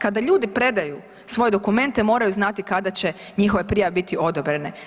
Kada ljudi predaju svoje dokumente moraju znati kada će njihove prijave biti odobrene.